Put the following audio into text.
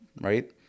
Right